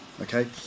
okay